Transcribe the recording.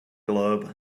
globe